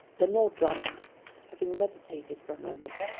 then lord drummond having meditated for a moment,